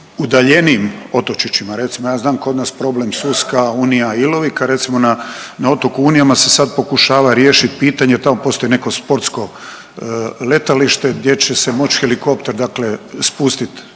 udaljenijim otočićima. Recimo ja znam kod nas problem Suska, Unija i Ilovik, a recimo na, na otoku Unijama se sad pokušava riješit pitanje, tamo postoji neko sportsko letalište gdje će se moć helikopter dakle spustit